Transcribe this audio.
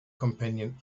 companion